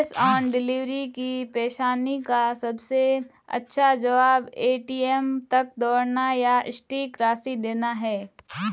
cash on delivery की परेशानी का सबसे अच्छा जवाब, ए.टी.एम तक दौड़ना या सटीक राशि देना है